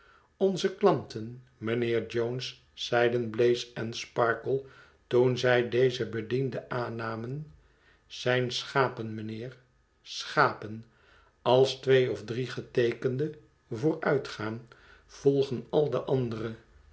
onze klanten mijnheer jones zeiden blaze en sparkle toen zij dezen bediende aannamen zijn schapen mijnheer schapen als twee of drie geteekende vooruitgaan volgen al de andere